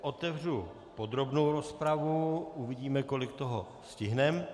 Otevřu podrobnou rozpravu, uvidíme, kolik toho stihneme.